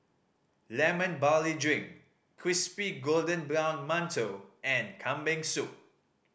Lemon Barley Drink crispy golden brown mantou and Kambing Soup